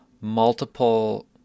multiple